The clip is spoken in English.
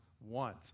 want